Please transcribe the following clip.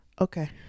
okay